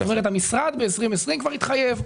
המשרד ב-2020 כבר התחייב.